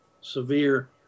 severe